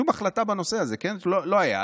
ושום החלטה בנושא הזה לא הייתה.